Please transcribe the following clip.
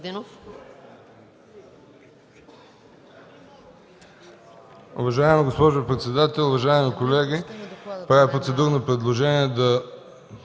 Добре,